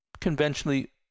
conventionally